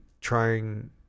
trying